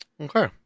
Okay